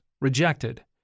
rejected